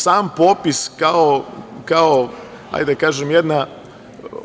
Sam popis kao, hajde da kažem, jedna